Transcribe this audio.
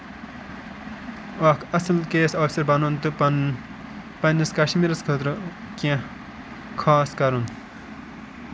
اکھ اَصٕل K A S آفسر بَنُن تہٕ پَنُن پَنٕنِس کَشمیٖرَس خٲطرٕ کیٚنہہ خاص کَرُن